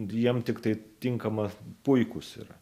jiem tik tai tinkama puikūs yra